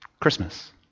Christmas